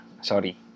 Sorry